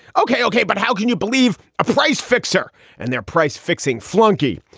ok, ok but how can you believe a price fixer and their price fixing flunkey?